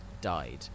died